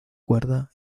cuerda